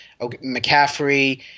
McCaffrey